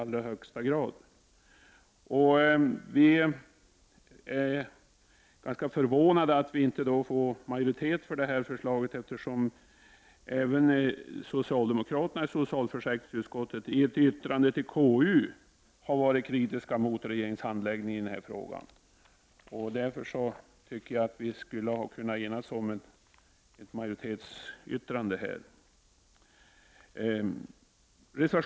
Vi är ganska förvånade över att vi inte får majoritet för det här förslaget. Även socialdemokraterna i socialförsäkringsutskottet har i ett yttrande till KU varit kritiska mot regeringens handläggning i den här frågan. Jag tycker därför att vi skulle ha kunnat enas om ett majoritetsyttrande i den här frågan.